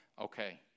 okay